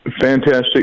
Fantastic